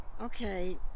Okay